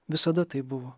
visada tai buvo